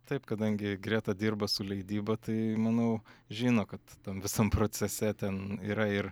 taip kadangi greta dirba su leidyba tai manau žino kad tam visam procese ten yra ir